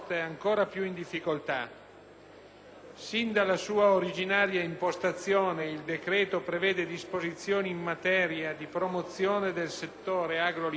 Sin dalla sua originaria impostazione, il decreto prevede disposizioni in materia di promozione del settore agroalimentare italiano all'estero,